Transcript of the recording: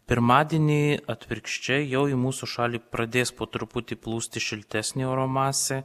pirmadienį atvirkščiai jau į mūsų šalį pradės po truputį plūsti šiltesnė oro masė